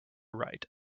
write